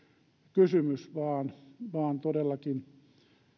kysymys vaan vaan todellakin